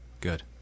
Good